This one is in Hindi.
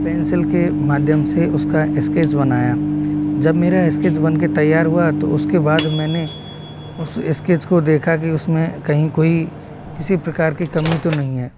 पेन्सिल के माध्यम से उसका स्केच बनाया जब मेरा स्केच बन कर तैयार हुआ तो उसके बाद मैंने उस स्केच को देखा कि उसमें कहीं कोई किसी प्रकार की कमी तो नहीं है